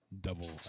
Double